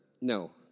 no